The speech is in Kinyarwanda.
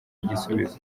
igisubizo